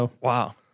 Wow